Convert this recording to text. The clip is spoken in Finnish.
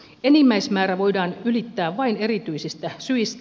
enimmäismäärä voidaan ylittää vain erityisistä syistä